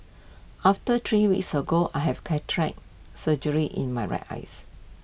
about three weeks ago I had cataract surgery in my right eyes